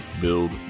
build